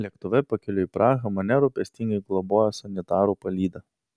lėktuve pakeliui į prahą mane rūpestingai globojo sanitarų palyda